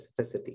specificity